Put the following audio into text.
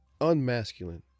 unmasculine